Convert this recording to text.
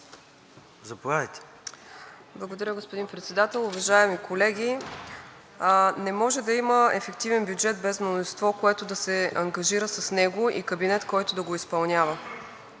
възход): Благодаря, господин Председател. Уважаеми колеги, не може да има ефективен бюджет без мнозинство, което да се ангажира с него, и кабинет, който да го изпълнява.